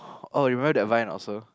oh you remember that vine also